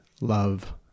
love